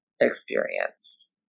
experience